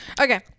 Okay